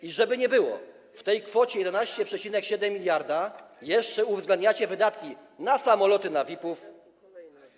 I żeby nie było, w tej kwocie 11,7 mld jeszcze uwzględniacie wydatki na samoloty dla VIP-ów.